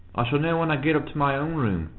i shall know when i get up to my own room,